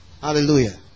Hallelujah